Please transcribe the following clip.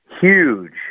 huge